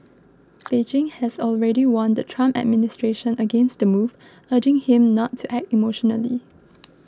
Beijing has already warned the Trump administration against the move urging him not to act emotionally